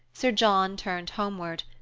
sir john turned homeward.